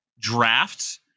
draft